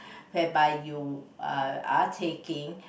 whereby you uh are taking